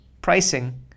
pricing